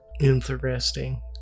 Interesting